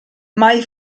mai